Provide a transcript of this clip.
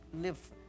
live